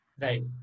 Right